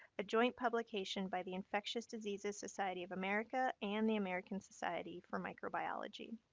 a joint publication by the infectious diseases society of america and the american society for microbiology.